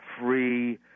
Free